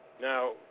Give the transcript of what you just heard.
Now